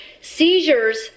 Seizures